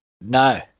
No